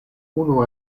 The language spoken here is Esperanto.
unu